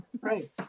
Right